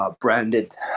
branded